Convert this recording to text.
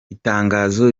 itangazo